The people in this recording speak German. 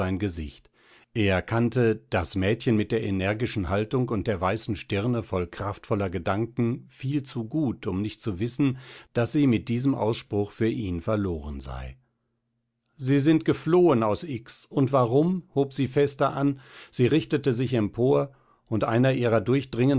gesicht er kannte das mädchen mit der energischen haltung und der weißen stirne voll kraftvoller gedanken viel zu gut um nicht zu wissen daß sie mit diesem ausspruch für ihn verloren sei sie sind geflohen aus x und warum hob sie fester an sie richtete sich empor und einer ihrer